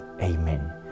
amen